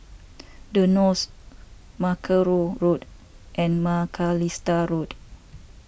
the Knolls Mackerrow Road and Macalister Road